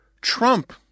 Trump